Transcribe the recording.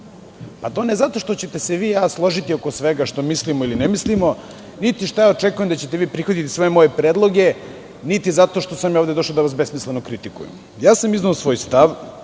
To ne zato što ćete se vi i ja složiti oko svega što mislimo ili ne mislimo, niti što ja očekujem da ćete vi prihvatiti sve moje predloge, niti zato što sam ja ovde došao da vas besmisleno kritikujem. Izneo sam svoj stav,